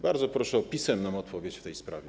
Bardzo proszę o pisemną odpowiedź w tej sprawie.